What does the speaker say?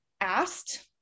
asked